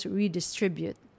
redistribute